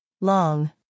Long